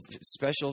special